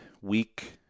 week